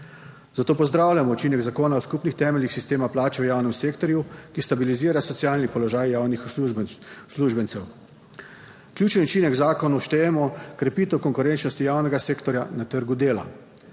Zato pozdravljamo učinek zakona o skupnih temeljih sistema plač v javnem sektorju, ki stabilizira socialni položaj javnih uslužbencev. Ključen učinek zakonu štejemo krepitev konkurenčnosti javnega sektorja na trgu dela.